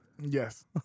Yes